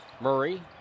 Murray